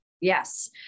Yes